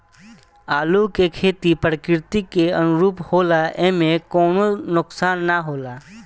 आलू के खेती प्रकृति के अनुरूप होला एइमे कवनो नुकसान ना होला